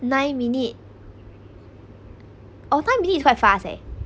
nine minute oh nine minute is quite fast eh